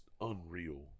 unreal